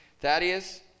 Thaddeus